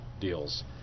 deals